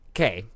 Okay